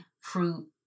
fruit